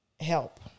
help